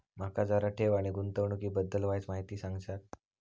माका जरा ठेव आणि गुंतवणूकी बद्दल वायचं माहिती सांगशात?